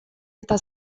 eta